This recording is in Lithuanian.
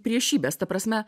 priešybes ta prasme